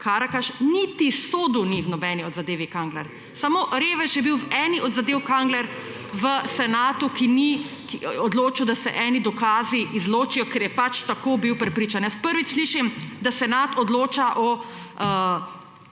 Karakaš, ki niti sodil ni v nobeni od zadevi Kangler, samo revež je bil v eni od zadev Kangler v senatu, ki ni odločil, da se eni dokazi izločijo, ker je pač tako bil prepričan. Jaz prvič slišim, da senat odloča o